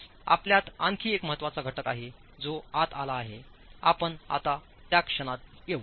आज आपल्यात आणखी एक महत्त्वाचा घटक आहे जोआत आलाआहेआपण आता त्या क्षणात येऊ